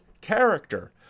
character